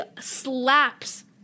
slaps